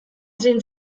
zein